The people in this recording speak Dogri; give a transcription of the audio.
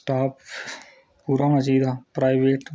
स्टाफ पूरा होना चहिदा प्राइवेट